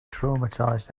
traumatized